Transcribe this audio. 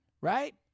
right